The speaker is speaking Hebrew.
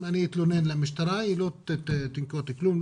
אם אני אתלונן למשטרה היא לא תנקוט בכלום,